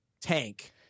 Tank